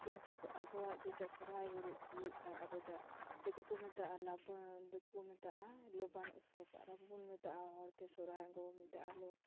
ᱠᱤᱱᱛᱩ ᱟᱵᱚᱣᱟᱜ ᱡᱮᱴᱟ ᱥᱚᱨᱦᱟᱭ ᱦᱚᱨᱚᱜ ᱦᱩᱭᱩᱜ ᱠᱷᱟᱡ ᱟᱵᱚ ᱴᱟᱠᱟ ᱫᱤᱠᱩ ᱠᱚ ᱢᱮᱛᱟᱜᱼᱟ ᱞᱚᱵᱚᱱ ᱫᱤᱠᱩ ᱠᱚ ᱢᱮᱛᱟᱜᱼᱟ ᱞᱚᱵᱟᱱ ᱩᱥᱩᱵᱟᱨ ᱟᱵᱚ ᱵᱚᱱ ᱢᱮᱛᱟᱜᱼᱟ ᱦᱚᱲᱛᱮ ᱥᱚᱨᱦᱟᱭ ᱜᱚᱜᱚ ᱵᱚᱱ ᱢᱮᱛᱟᱜᱼᱟ